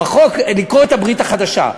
בחוק לקרוא את הברית החדשה.